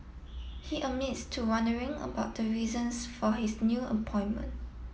he admits to wondering about the reasons for his new appointment